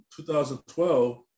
2012